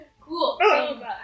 Cool